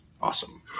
Awesome